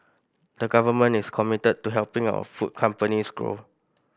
the government is committed to helping our food companies grow